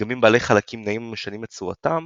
דגמים בעלי חלקים נעים המשנים את צורתם,